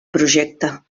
projecte